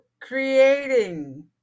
creating